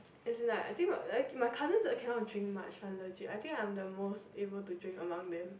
as in like I think my cousins like cannot drink much one actually I think I'm the most able to drink among them